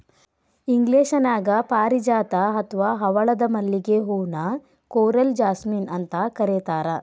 ಇಂಗ್ಲೇಷನ್ಯಾಗ ಪಾರಿಜಾತ ಅತ್ವಾ ಹವಳದ ಮಲ್ಲಿಗೆ ಹೂ ನ ಕೋರಲ್ ಜಾಸ್ಮಿನ್ ಅಂತ ಕರೇತಾರ